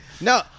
No